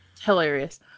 Hilarious